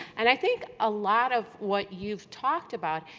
and i think a lot of what you've talked about,